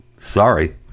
Sorry